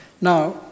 Now